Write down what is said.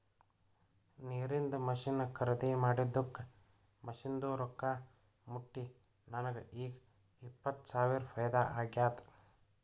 ನೀರಿಂದ್ ಮಷಿನ್ ಖರ್ದಿ ಮಾಡಿದ್ದುಕ್ ಮಷಿನ್ದು ರೊಕ್ಕಾ ಮುಟ್ಟಿ ನನಗ ಈಗ್ ಇಪ್ಪತ್ ಸಾವಿರ ಫೈದಾ ಆಗ್ಯಾದ್